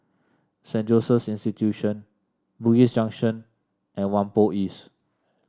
Saint Joseph's Institution Bugis Junction and Whampoa East